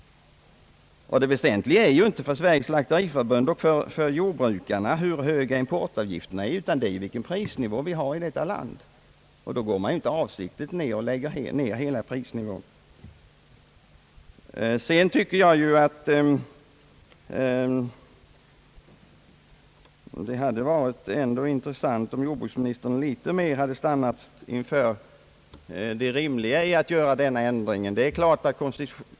Det väsentliga för Sveriges slakteriförbund och jordbrukarna är inte hur höga importavgifterna är, utan det är vilken prisnivå vi har i vårt land, och då sänker man inte avsiktligt hela prisnivån. Vidare tycker jag att det hade varit intressant om jordbruksministern något mera hade stannat inför det rimliga i att göra denna ändring i förutsättningarna.